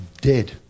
dead